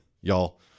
y'all